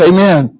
Amen